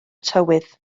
tywydd